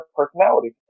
personality